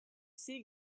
sea